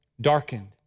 darkened